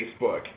Facebook